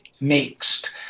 mixed